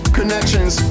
connections